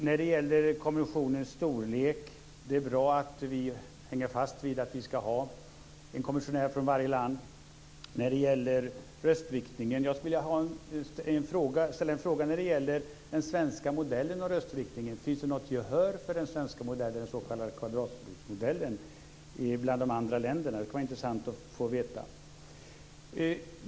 När det gäller kommissionens storlek är det bra att vi hänger fast vid att det ska vara en kommissionär från varje land. Finns det något gehör för den svenska modellen, den s.k. kvadratrotsmodellen, bland de andra länderna? Det kunde vara intressant att få veta.